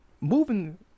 moving